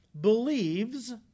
Believes